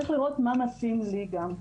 צריך לראות מה מתאים לי גם.